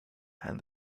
and